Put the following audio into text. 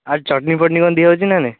ଆଉ ଚଟଣି ଫଟଣି କ'ଣ ଦିଆ ହେଉଛି ନା ନାହିଁ